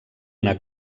una